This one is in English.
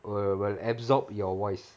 will will absorb your voice